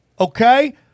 Okay